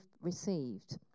received